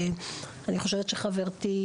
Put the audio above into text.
אני חושבת שחברתי,